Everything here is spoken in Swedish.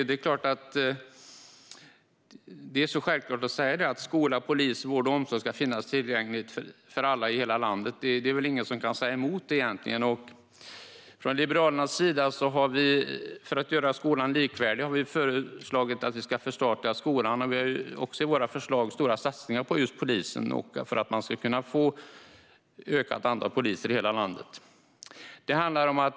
Det är självklart att skola, polis och vård och omsorg ska finnas tillgängligt för att alla i hela landet. Det är väl ingen som kan säga emot det. Från Liberalernas sida har vi för att göra skolan likvärdig föreslagit att vi ska förstatliga skolan. I våra förslag har vi stora satsningar på polisen för att öka antalet poliser i hela landet.